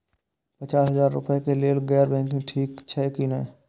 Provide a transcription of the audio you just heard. पचास हजार रुपए के लेल गैर बैंकिंग ठिक छै कि नहिं?